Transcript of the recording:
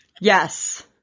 Yes